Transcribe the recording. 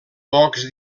pocs